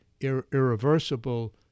irreversible